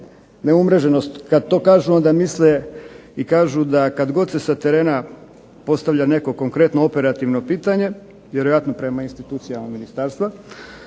neumreženost. Kada to kažu onda misli i kažu da kada se sa terena postavlja konkretno operativno pitanje vjerojatno prema institucijama ministarstva,